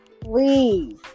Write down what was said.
Please